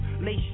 Lace